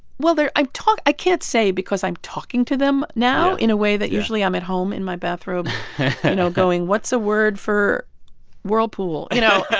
well, there i talked i can't say because i'm talking to them now in a way that usually i'm at home in my bathrobe, you know, going, what's a word for whirlpool, you know?